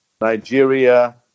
Nigeria